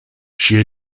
she